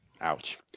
Ouch